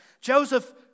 Joseph